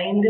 5